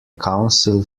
council